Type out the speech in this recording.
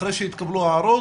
אחרי שהתקבלו ההערות.